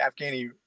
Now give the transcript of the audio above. Afghani